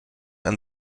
and